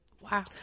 Wow